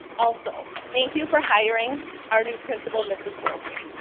also, thank you for hiring our new principal, mrs. olson,